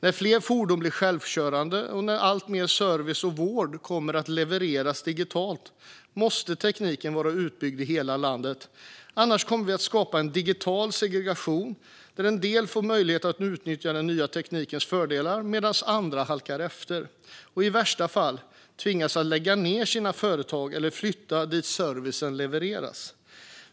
När fler fordon blir självkörande och när alltmer service och vård kommer att levereras digitalt måste tekniken vara utbyggd i hela landet, annars kommer vi att skapa en digital segregation där en del får möjlighet att utnyttja den nya teknikens fördelar medan andra halkar efter och i värsta fall tvingas att lägga ned sina företag eller att flytta dit servicen levereras.